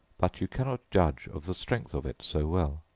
but you cannot judge of the strength of it so well.